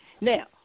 Now